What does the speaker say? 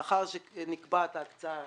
לאחר שנקבעת ההקצאה